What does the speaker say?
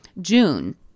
June